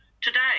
Today